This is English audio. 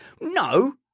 No